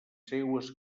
seues